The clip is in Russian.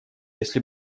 если